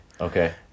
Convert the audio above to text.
Okay